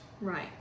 right